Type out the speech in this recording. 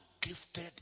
gifted